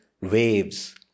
waves